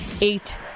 Eight